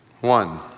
One